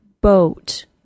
boat